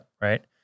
right